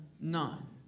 none